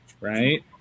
right